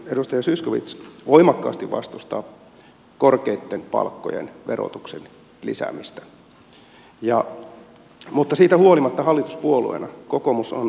edustaja zyskowicz voimakkaasti vastustaa korkeitten palkkojen verotuksen lisäämistä mutta siitä huolimatta hallituspuolue kokoomus on